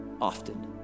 often